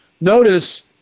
Notice